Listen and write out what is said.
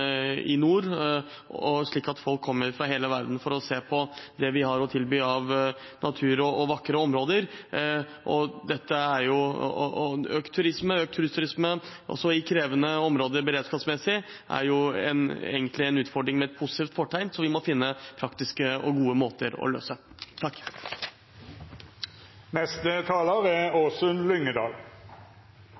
i nord. Folk kommer fra hele verden for å se på det vi har å tilby av natur og vakre områder. Økt turisme og cruiseturisme i beredskapsmessig krevende områder er en utfordring med positivt fortegn, som vi må finne praktiske og gode måter å løse på. Jeg vil si meg enig med forrige taler,